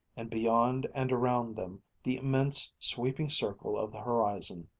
and beyond and around them the immense sweeping circle of the horizon.